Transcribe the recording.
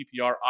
PPR